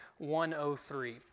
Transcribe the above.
103